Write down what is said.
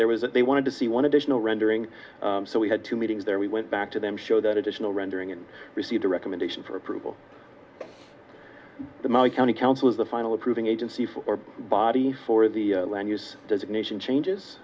there was that they wanted to see one additional rendering so we had two meetings there we went back to them showed that additional rendering and received a recommendation for approval the maui county council is the final approving agency for body for the land use designation changes